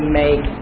make